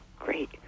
great